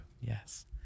Yes